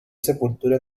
sepultura